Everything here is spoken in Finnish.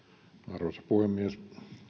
arvoisa puhemies